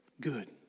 good